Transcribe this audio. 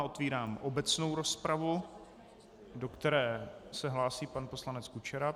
Otevírám obecnou rozpravu, do které se hlásí pan poslanec Kučera.